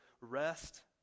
rest